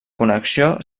connexió